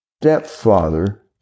stepfather